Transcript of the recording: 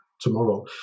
tomorrow